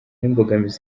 n’imbogamizi